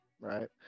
right